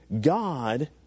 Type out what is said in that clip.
God